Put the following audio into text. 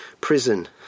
prison